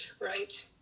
Right